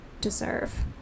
deserve